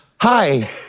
hi